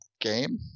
game